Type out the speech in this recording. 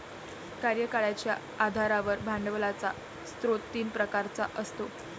कार्यकाळाच्या आधारावर भांडवलाचा स्रोत तीन प्रकारचा असतो